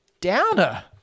downer